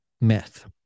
myth